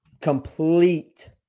complete